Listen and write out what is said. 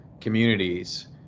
communities